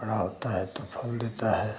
बड़ा होता है तो फल देता है